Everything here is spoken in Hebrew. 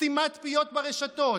סתימת פיות ברשתות,